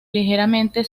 ligeramente